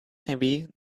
maybe